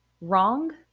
Wrong